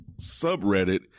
subreddit